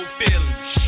feelings